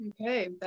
Okay